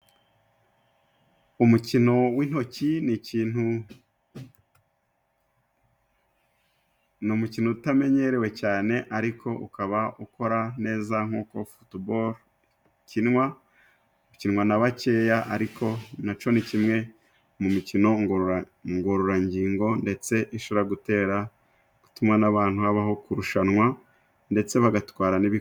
Umukino w'intoki, ni ikintu ni umukino utamenyerewe cyane, ariko ukaba ukora neza nkuko futuboro ikinwa. Ukinwa na bakeya, ariko na cyo ni kimwe mu mikino ngoranrangingo, ndetse ishobora gutera gutuma n'abantu habaho kurushanwa, ndetse bagatwara n'ibikombe.